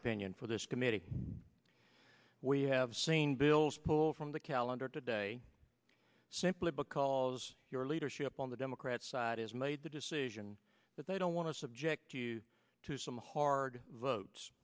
opinion for this committee we have seen bills pulled from the calendar today simply because your leadership on the democrat side has made the decision that they don't want to subject you to some hard votes